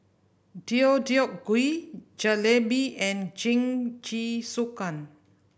Deodeok Gui Jalebi and Jingisukan